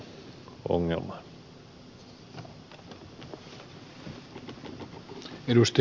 arvoisa puhemies